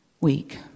week